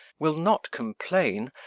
will not complain,